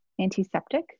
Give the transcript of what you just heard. antiseptic